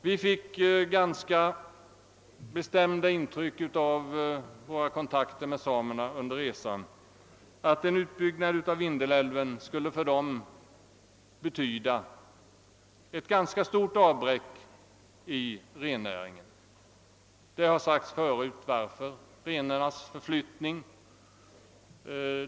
Vi fick under vår resa av våra kontakter med samerna ett ganska bestämt intryck av att en utbyggnad av Vindelälven skulle betyda ett ganska stort avbräck i rennäringen. Det har tidigare framhållits att orsaken härtill är de svårigheter som uppstår vid renarnas förflyttning.